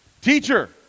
Teacher